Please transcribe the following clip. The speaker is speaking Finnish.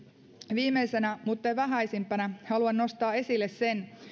viimeisenä muttei vähäisimpänä haluan nostaa esille sen